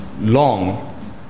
long